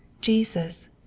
Jesus